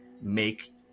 make